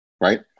right